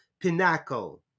pinnacle